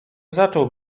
zaczął